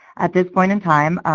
at this point in time,